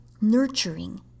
nurturing